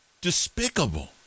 despicable